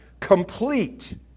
Complete